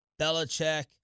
belichick